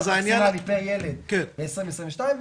מקסימלי פר ילד ב-2022,